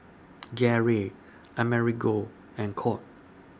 Garey Amerigo and Colt